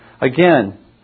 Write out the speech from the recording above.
Again